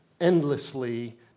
endlessly